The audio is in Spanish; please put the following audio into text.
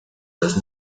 los